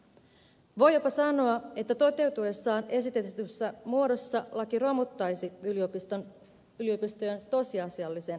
voi jopa sanoa että toteutuessaan esitetyssä muodossa laki romuttaisi yliopistojen tosiasiallisen autonomian